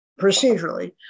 procedurally